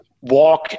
walk